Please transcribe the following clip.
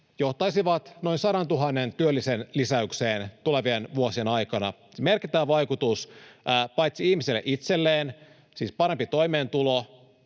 johtaisivat noin 100 000 työllisen lisäykseen tulevien vuosien aikana — merkittävä vaikutus paitsi ihmiselle itselleen, siis parempi toimeentulo,